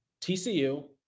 TCU